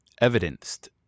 evidenced